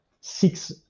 six